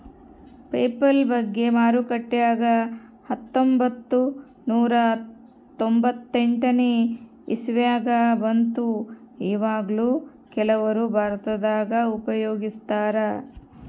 PayPal ಬಗ್ಗೆ ಮಾರುಕಟ್ಟೆಗ ಹತ್ತೊಂಭತ್ತು ನೂರ ತೊಂಬತ್ತೆಂಟನೇ ಇಸವಿಗ ಬಂತು ಈವಗ್ಲೂ ಕೆಲವರು ಭಾರತದಗ ಉಪಯೋಗಿಸ್ತರಾ